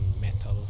metal